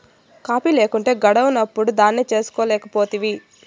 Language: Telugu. కాఫీ లేకుంటే గడవనప్పుడు దాన్నే చేసుకోలేకపోతివి